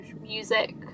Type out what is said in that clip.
music